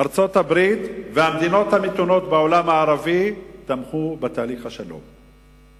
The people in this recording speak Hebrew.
ארצות-הברית והמדינות המתונות בעולם הערבי תמכו בתהליך השלום.